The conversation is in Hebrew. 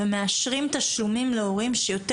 ומאשרים תשלומים להורים שהם יותר